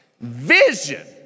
vision